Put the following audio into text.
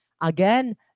Again